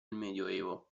medioevo